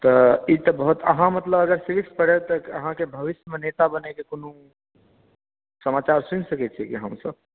तऽ ई बहुत अहाँ मतलब अगर सिविक्स पढ़य तऽ अहाँके भविषयमे नेता बनयके कोनो समाचार सुनि सकै छियै की हमसभ